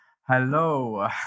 hello